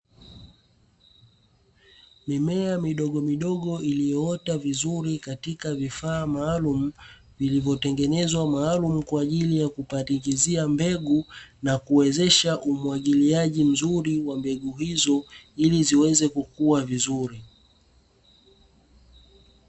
Mimea midogomidogo iliyoota vizuri katika vifaa maalumu, vilivyotengenezwa maalumu kwa ajili ya kupandikizia mbegu na kuwezesha umwagiliaji mzuri wa mbegu hizo ili ziweze kukua vizuri.